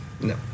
no